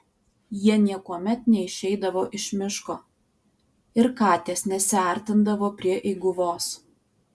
jie niekuomet neišeidavo iš miško ir katės nesiartindavo prie eiguvos